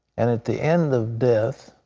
and at the end of death,